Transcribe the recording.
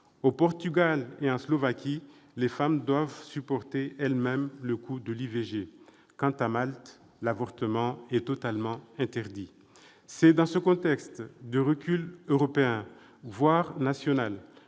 Au Portugal et en Slovaquie, les femmes doivent supporter elles-mêmes le coût de l'IVG. À Malte, enfin, l'avortement est totalement interdit. C'est dans ce contexte de recul européen, voire national-